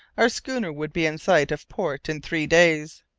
our schooner would be in sight of port in three days.